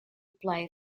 play